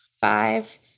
five